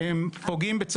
דרך